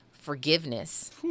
forgiveness